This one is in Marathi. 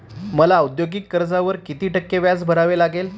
मला औद्योगिक कर्जावर किती टक्के व्याज भरावे लागेल?